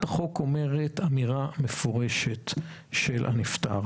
בטיפת הנאה?